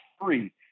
free